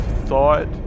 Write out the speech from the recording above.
thought